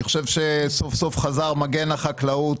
אני חושב שסוף סוף חזר מגן החקלאות,